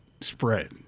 spread